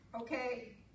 okay